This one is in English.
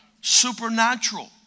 supernatural